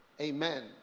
Amen